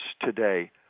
today